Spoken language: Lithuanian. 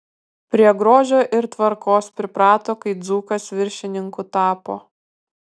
prie grožio ir tvarkos priprato kai dzūkas viršininku tapo